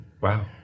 Wow